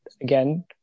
again